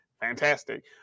fantastic